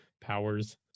powers